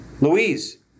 Louise